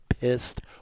pissed